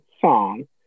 song